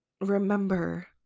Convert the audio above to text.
remember